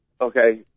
Okay